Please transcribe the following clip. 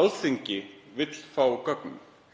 Alþingi vilji fá gögn.